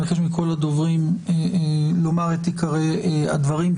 אני מבקש מכל הדוברים לומר את עיקרי הדברים.